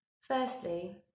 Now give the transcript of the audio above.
Firstly